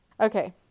Okay